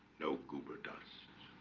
no goober dust